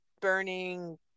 burning